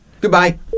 Goodbye